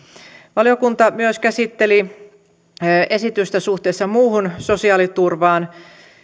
valiokunta myös käsitteli esitystä suhteessa muuhun sosiaaliturvaan